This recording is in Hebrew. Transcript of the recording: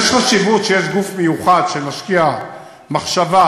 שיש גוף מיוחד שמשקיע מחשבה,